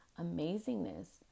amazingness